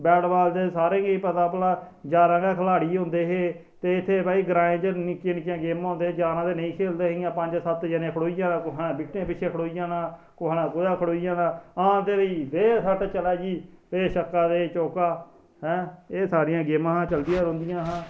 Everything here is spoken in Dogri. बेटबाल दे सारे गी पता भला जारां नेह् खलाडी होंदे है ते इत्थेैभाई ग्रां च भाई निक्कियां निक्कियांं गेमां होंदिया जां जेहड़े खेलदे हे पंज सत्त जने खड़ोई जाना कुसै ने बिकटे पिच्छे खडो़ई जाना कुसै ने कुतै खड़ोई जाना हा ते भाई दे सट्ट चलो भाई ते एह् छक्का ते एह् चौक्का हैं एह् सारियां गेमां चलदियां रौंहदियां